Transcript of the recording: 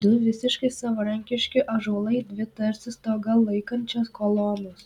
du visiškai savarankiški ąžuolai dvi tarsi stogą laikančios kolonos